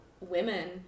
women